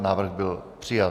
Návrh byl přijat.